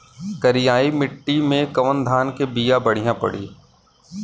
करियाई माटी मे कवन धान के बिया बढ़ियां पड़ी?